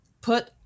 put